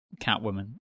Catwoman